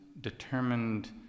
determined